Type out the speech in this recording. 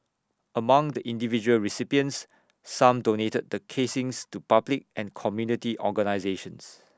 among the individual recipients some donated the casings to public and community organisations